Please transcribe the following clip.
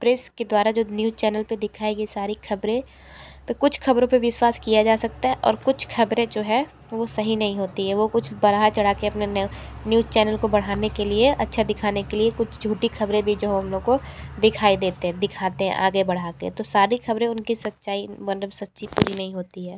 press के द्वारा जो न्यूज चैनल पे दिखाई गई सारी ख़बरें पर कुछ ख़बरों पे विश्वास किया जा सकता है और कुछ ख़बरें जो है वो सही नई होती है वो कुछ बढ़ा चढ़ा के अपना न्यूज चैनल को बढ़ाने के लिए अच्छा दिखाने के लिए कुछ झूठी ख़बरें भी जो हम लोग को दिखाई देते हे दिखाते हैं आगे बढ़ा के तो सारी ख़बरें उनकी सच्चाई मतलब सच्ची पूरी नई होती है